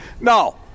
No